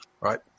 Right